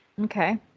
Okay